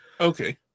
Okay